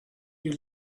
you